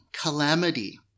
Calamity